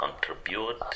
contribute